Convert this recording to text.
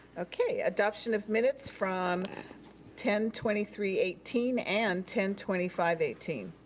okay, adoption of minutes from ten twenty three eighteen and ten twenty five eighteen.